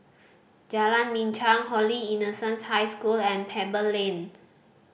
Jalan Binchang Holy Innocents' High School and Pebble Lane